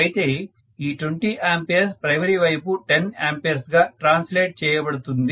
అయితే ఈ 20 A primary వైపు 10 A గా ట్రాన్సలేట్ చేయబడుతుంది